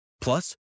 Plus